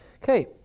Okay